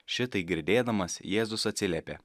šitai girdėdamas jėzus atsiliepė